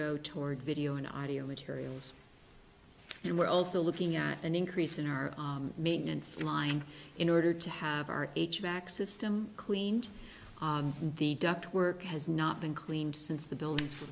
go toward video and audio materials and we're also looking at an increase in our maintenance line in order to have our back system cleaned the duct work has not been cleaned since the buildings